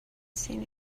seen